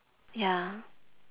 ya